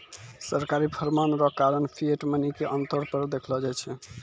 सरकारी फरमान रो कारण फिएट मनी के आमतौर पर देखलो जाय छै